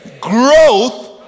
growth